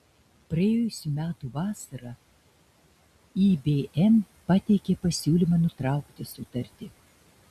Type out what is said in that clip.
praėjusių metų vasarą ibm pateikė pasiūlymą nutraukti sutartį